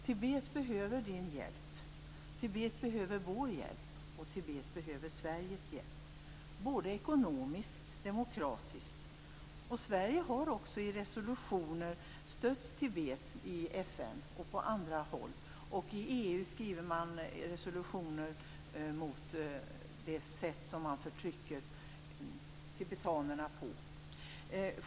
Tibet behöver din hjälp, Tibet behöver vår hjälp och Tibet behöver Sveriges hjälp, både ekonomiskt och demokratiskt. Sverige har i resolutioner stött Tibet i FN och på andra håll. I EU skriver man resolutioner mot det sätt som tibetanerna förtrycks på.